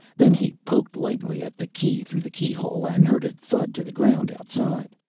then he poked lightly at the key through the keyhole and heard it thud to the ground outside.